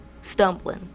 stumbling